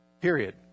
period